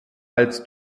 als